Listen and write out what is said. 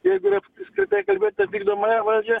jeigu rep apskritai kalbėt tą vykdomąją valdžią